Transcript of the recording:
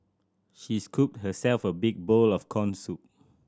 she scooped herself a big bowl of corn soup